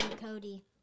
Cody